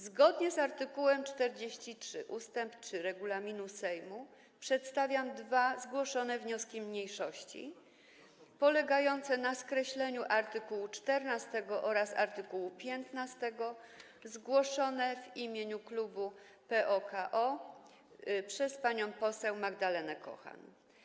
Zgodnie z art. 43 ust. 3 regulaminu Sejmu przedstawiam dwa wnioski mniejszości polegające na skreśleniu art. 14 oraz art. 15, zgłoszone w imieniu klubu PO-KO przez panią poseł Magdalenę Kochan.